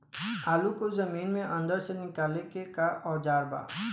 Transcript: आलू को जमीन के अंदर से निकाले के का औजार बा?